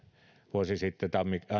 vuosi sitten